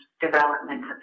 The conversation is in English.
development